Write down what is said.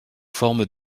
forme